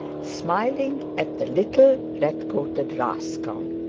smiling at the little red-coated rascal,